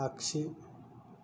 आगसि